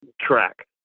track